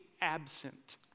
absent